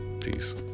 Peace